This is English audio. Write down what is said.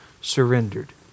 surrendered